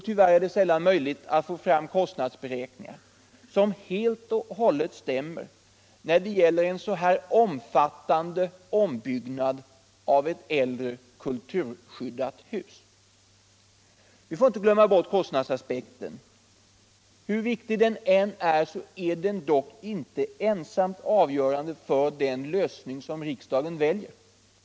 Tyvärr är det sällan möjligt att få fram helt hållbara kostnadsberäkningar när det gäller en så här omfattande ombyggnad av ett äldre kulturskyddat hus. Men hur viktig kostnadsaspekten än är så är den dock inte ensam avgörande för den lösning som riksdagen väljer.